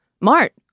Mart